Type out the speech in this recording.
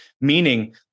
Meaning